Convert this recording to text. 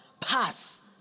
pass